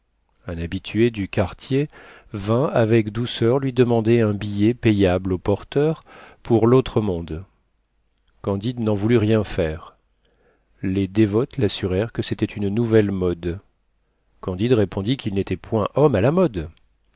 un habitué du quartier vint avec douceur lui demander un billet payable au porteur pour l'autre monde candide n'en voulut rien faire les dévotes l'assurèrent que c'était une nouvelle mode candide répondit qu'il n'était point homme à la mode